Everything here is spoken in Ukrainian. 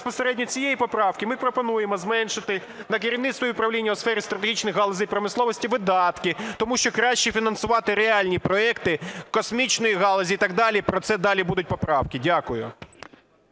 безпосередньо цієї поправки. Ми пропонуємо зменшити на керівництво і управління у сфері стратегічних галузей промисловості видатки, тому що краще фінансувати реальні проекти космічної галузі і так далі, про це далі будуть поправки. Дякую.